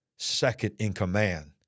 second-in-command